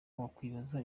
wakwibaza